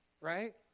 right